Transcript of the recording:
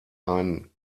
einen